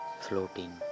floating